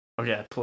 Okay